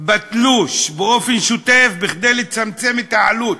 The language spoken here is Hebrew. בתלוש באופן שוטף כדי לצמצם את העלות,